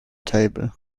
table